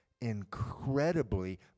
incredibly